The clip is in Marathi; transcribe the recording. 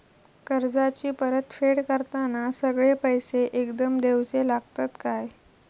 कर्जाची परत फेड करताना सगळे पैसे एकदम देवचे लागतत काय?